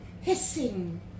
hissing